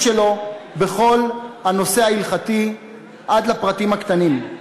שלו בכל הנושא ההלכתי עד לפרטים הקטנים.